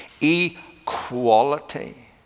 equality